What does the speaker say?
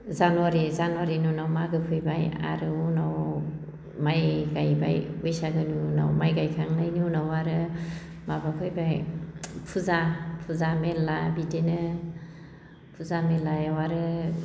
जानुवारि जानुवारिनि उनाव मागो फैबाय आरो उनाव माइ गायबाय बैसागोनि उनाव माइ गायखांनायनि उनाव आरो माबा फैबाय फुजा फुजा मेला बिदिनो फुजा मेलायाव आरो